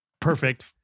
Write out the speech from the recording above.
perfect